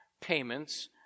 payments